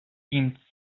seemed